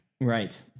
right